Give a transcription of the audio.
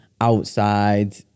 outside